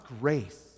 grace